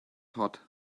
hot